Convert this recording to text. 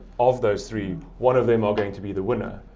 of those three, one of them are going to be the winner.